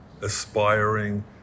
aspiring